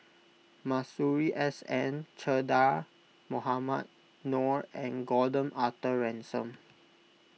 Masuri S N Che Dah Mohamed Noor and Gordon Arthur Ransome